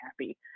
happy